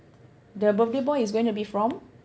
the birthday boy is gonna be from